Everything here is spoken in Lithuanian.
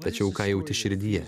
tačiau ką jauti širdyje